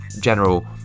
general